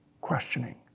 questioning